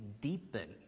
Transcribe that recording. deepen